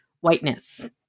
whiteness